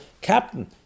captain